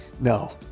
no